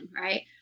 right